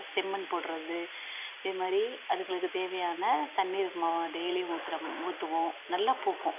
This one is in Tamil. செம்மண் போடுறது இது மாதிரி அதுங்களுக்கு தேவையான தண்ணீர் ம டெய்லியும் ஊற்றுற ஊற்றுவோம் நல்லா பூக்கும்